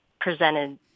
presented